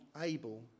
able